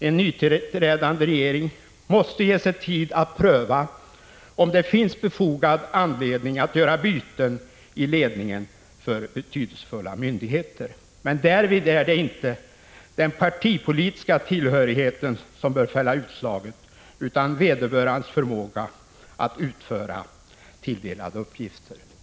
En nytillträdande regering måste ge sig tid att pröva om det finns befogad anledning att göra byten i ledningen för betydelsefulla myndigheter. Men därvid är det inte den partipolitiska tillhörigheten som bör fälla utslaget, utan vederbörandes förmåga att utföra tilldelade uppgifter.